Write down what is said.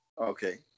Okay